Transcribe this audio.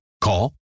Call